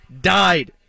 died